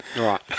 Right